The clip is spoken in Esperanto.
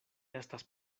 estas